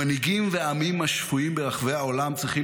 המנהיגים והעמים השפויים ברחבי העולם צריכים